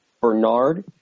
Bernard